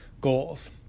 goals